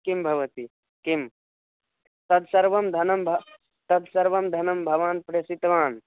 किं भवति किं तत् सर्वं धनं भोः तत् सर्वं धनं भवान् प्रेषितवान्